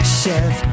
chef